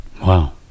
Wow